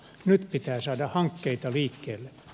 nyt pitää saada hankkeita liikkeelle